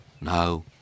Now